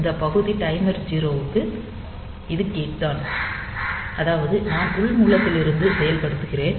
இந்த பகுதி டைமர் 0 க்கு இது கேட் தான் அதாவது நான் உள் மூலத்திலிருந்து செயல்படுத்துகிறேன்